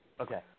Okay